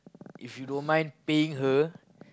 if you don't mind paying her